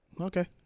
Okay